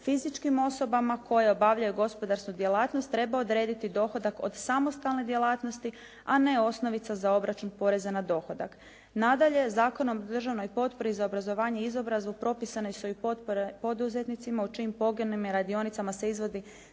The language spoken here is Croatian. fizičkim osobama koje obavljaju gospodarsku djelatnost treba odrediti dohodak od samostalne djelatnosti a ne osnovica za obračun poreza na dohodak. Nadalje Zakonom o državnoj potpori za obrazovanje i izobrazbu propisane su i potpore poduzetnicima u čijim pogonima i radionicama se izvodi